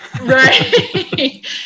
Right